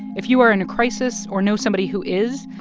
if you are in a crisis or know somebody who is,